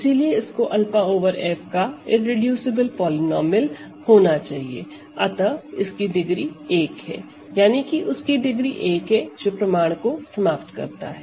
इसलिए इसको 𝛂 over F का इररेडूसिबल पॉलीनोमिअल होना चाहिए अतः इसकी डिग्री 1 है यानी कि उसकी डिग्री 1 है जो प्रमाण को समाप्त करता है